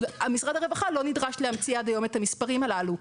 משרד הרווחה לא נדרש להמציא עד היום את המספרים הללו.